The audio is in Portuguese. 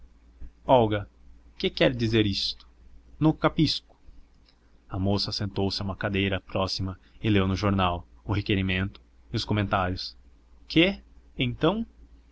olga que quer dizer isto non capisco a moça sentou-se a uma cadeira próxima e leu no jornal o requerimento e os comentários che então